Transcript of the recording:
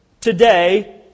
today